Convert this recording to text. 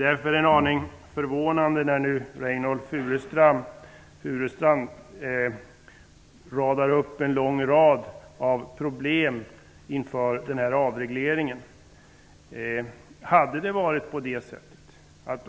Därför är det en aning förvånande att Reynoldh Furustrand radar upp en massa problem inför den här avregleringen.